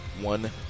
one